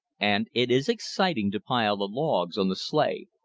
and it is exciting to pile the logs on the sleigh,